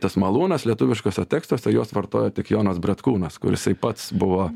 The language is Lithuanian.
tas malūnas lietuviškuose tekstuose juos vartojo tik jonas bretkūnas kur jisai pats buvo